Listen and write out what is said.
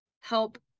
help